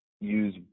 use –